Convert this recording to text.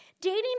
Dating